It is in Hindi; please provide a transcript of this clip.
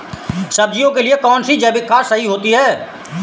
सब्जियों के लिए कौन सी जैविक खाद सही होती है?